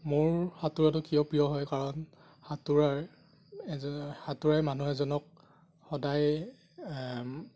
মোৰ সাঁতোৰাটো কিয় প্ৰিয় হয় কাৰণ সাঁতোৰাৰ সাঁতোৰাই মানুহ এজনক সদায়